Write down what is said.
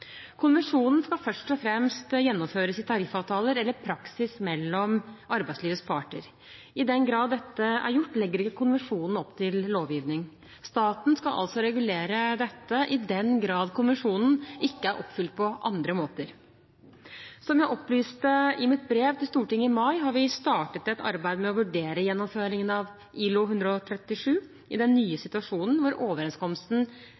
Konvensjonen skal først og fremst gjennomføres i tariffavtaler eller praksis mellom arbeidslivets parter. I den grad dette er gjort, legger ikke konvensjonen opp til lovgivning. Staten skal altså regulere dette i den grad konvensjonen ikke er oppfylt på andre måter. Som jeg opplyste i mitt brev til Stortinget i mai, har vi startet et arbeid med å vurdere gjennomføringen av ILO 137 i den nye situasjonen hvor overenskomsten